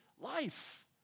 life